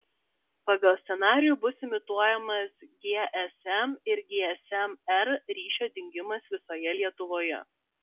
pagal scenarijų bus imituojamas gsm ir gsm r ryšio dingimas visoje lietuvoje